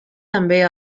també